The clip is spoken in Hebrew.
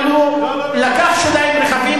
אבל הוא לקח שוליים רחבים,